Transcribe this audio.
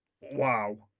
wow